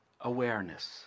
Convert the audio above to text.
awareness